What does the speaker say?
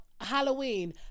Halloween